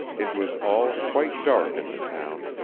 it was all quite dark in the town,